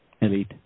elite